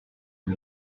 est